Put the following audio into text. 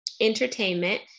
Entertainment